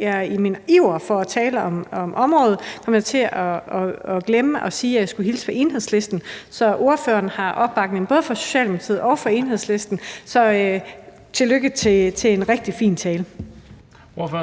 jeg i min iver for at tale om området kom til at glemme at sige, at jeg skulle hilse fra Enhedslisten. Så ordføreren har opbakning både fra Socialdemokratiet og fra Enhedslisten. Så tillykke med en rigtig fin tale. Kl.